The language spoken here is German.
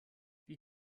wie